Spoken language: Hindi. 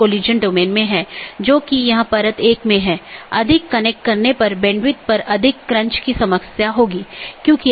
BGP पड़ोसी या BGP स्पीकर की एक जोड़ी एक दूसरे से राउटिंग सूचना आदान प्रदान करते हैं